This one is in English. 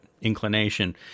inclination